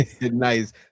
Nice